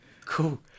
Cool